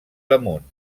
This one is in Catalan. damunt